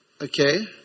Okay